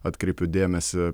atkreipiu dėmesį